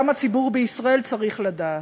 גם הציבור בישראל צריך לדעת.